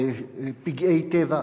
בפגעי טבע.